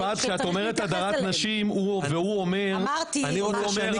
אני לא רוצה --- יפעת כשאת אומרת הדרת נשים --- אמרתי הפרדה.